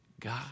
God